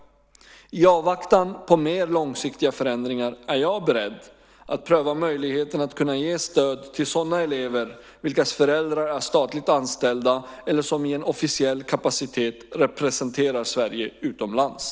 I avvaktan på mer långsiktiga förändringar är jag beredd att pröva möjligheten att kunna ge stöd till sådana elever vilkas föräldrar är statligt anställda eller som i en officiell kapacitet representerar Sverige utomlands.